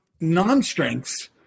non-strengths